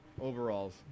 overalls